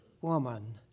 woman